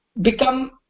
become